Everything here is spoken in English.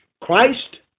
Christ